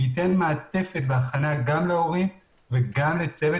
ניתן מעטפת והכנה גם להורים וגם לצוות